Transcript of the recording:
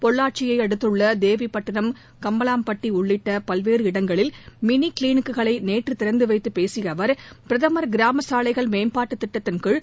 பொள்ளாச்சியை அடுத்துள்ள தேவிடட்டினம் கம்பலாம்பட்டி உள்ளிட்ட பல்வேறு இடங்களில் மினி க்ளினிக்குகளை நேற்று திறந்து வைத்து பேசிய அவர் பிரதமர் கிராம சாலைகள் மேம்பாட்டுத் திட்டத்தின்கீழ்